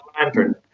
lantern